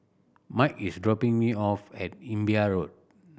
Mike is dropping me off at Imbiah Road